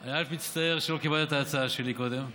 אני רק מצטער שלא קיבלת את ההצעה שלי קודם.